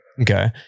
Okay